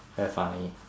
very funny